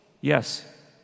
Yes